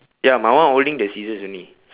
ya my one holding the scissors only